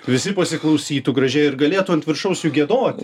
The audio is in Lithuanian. visi pasiklausytų gražiai ir galėtų ant viršaus sugiedoti